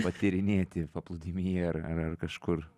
patyrinėti paplūdimyje ar ar kažkur